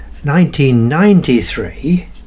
1993